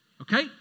okay